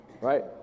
right